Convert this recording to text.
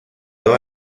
dos